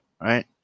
right